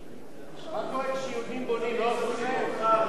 השר כהן, תמיד שולחים אותך לספוג את כל האש,